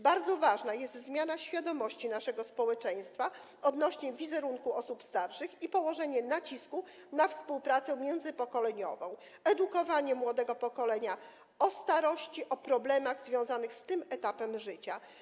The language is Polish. Bardzo ważna jest zmiana świadomości naszego społeczeństwa odnośnie do wizerunku osób starszych i położenie nacisku na współpracę międzypokoleniową, edukowanie młodego pokolenia o starości i o problemach związanych z tym etapem życia.